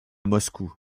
moscou